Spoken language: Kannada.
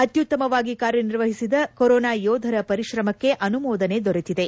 ಅತ್ಯುತ್ತಮವಾಗಿ ಕಾರ್ಯನಿರ್ವಹಿಸಿದ ಕೊರೊನಾ ಯೋಧರ ಪರಿಶ್ರಮಕ್ಕೆ ಅನುಮೋದನೆ ದೊರೆತಿದೆ